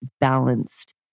balanced